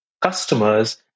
customers